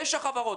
תשע חברות,